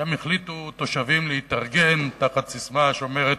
שם החליטו תושבים להתארגן תחת ססמה שאומרת: